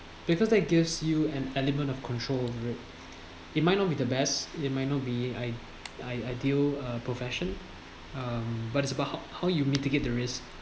because that gives you an element of control of it it might not be the best it might not be i~ i~ ideal uh profession um but it's about how how you mitigate the risk